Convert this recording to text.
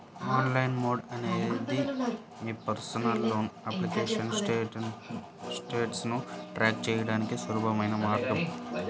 online mode అనేది మీ personal loan application స్టేటస్ను ట్రాక్ చేయడానికి సులభమైన మార్గం